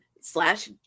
slash